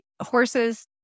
horses